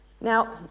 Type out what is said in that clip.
Now